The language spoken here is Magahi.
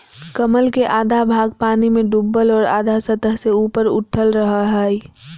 कमल के आधा भाग पानी में डूबल और आधा सतह से ऊपर उठल रहइ हइ